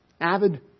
avid